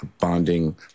bonding